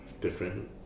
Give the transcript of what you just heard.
different